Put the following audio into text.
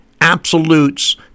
absolutes